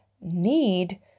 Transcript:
need